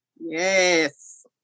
Yes